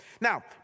Now